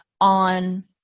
on